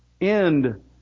end